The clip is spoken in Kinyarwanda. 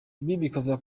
kuzirikana